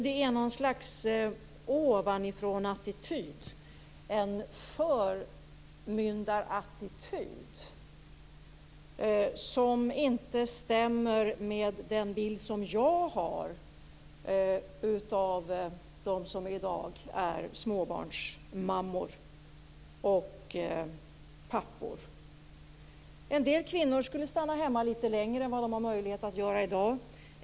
Det är något slags ovanifrånattityd, en förmyndarattityd som inte stämmer med den bild som jag har av dem som i dag är småbarnsmammor och småbarnspappor. En del kvinnor skulle stanna hemma litet längre än vad de har möjlighet att göra i dag.